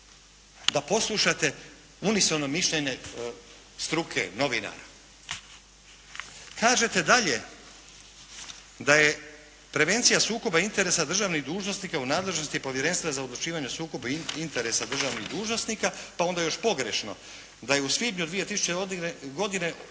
da poslušate unisono mišljenje struke novinara. Kažete dalje da je prevencija sukoba interesa državnih dužnosnika u nadležnosti Povjerenstva za odlučivanje o sukobu interesa državnih dužnosnika, pa onda još pogrešno da je u svibnju …/Govornik se ne